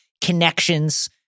connections